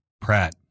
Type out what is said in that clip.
Pratt